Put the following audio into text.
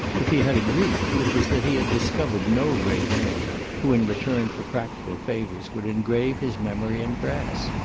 if he had a grief, it was that he had discovered no great man who in return for practical favours would engrave his memory in brass.